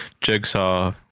Jigsaw